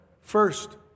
first